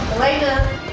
Elena